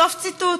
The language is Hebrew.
סוף ציטוט.